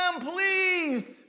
please